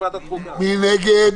מי נגד,